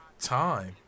Time